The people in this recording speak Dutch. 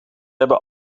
hebben